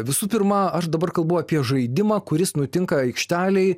visų pirma aš dabar kalbu apie žaidimą kuris nutinka aikštelėj